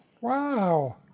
Wow